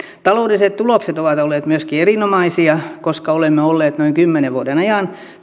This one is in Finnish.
taloudelliset tulokset ovat olleet myöskin erinomaisia koska olemme olleet noin kymmenen vuoden ajan